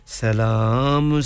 salam